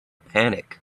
panic